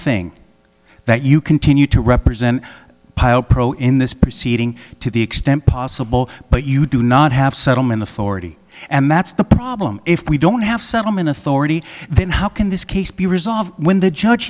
thing that you continue to represent pile pro in this proceeding to the extent possible but you do not have settlement authority and that's the problem if we don't have settlement authority then how can this case be resolved when the judge